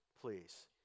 Please